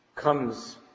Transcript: comes